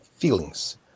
feelings